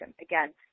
Again